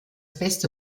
beste